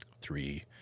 three